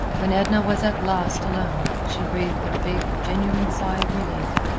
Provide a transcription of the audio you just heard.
when edna was at last alone, she breathed a big, genuine sigh of relief.